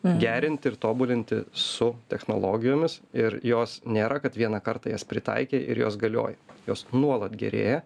gerinti ir tobulinti su technologijomis ir jos nėra kad vieną kartą jas pritaikei ir jos galioja jos nuolat gerėja